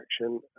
action